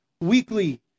weekly